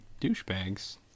Douchebags